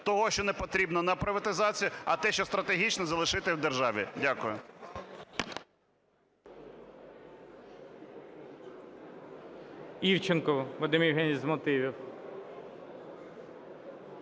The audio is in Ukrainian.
того, що не потрібно – на приватизацію, а те, що стратегічно – залишити в державі. Дякую.